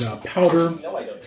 powder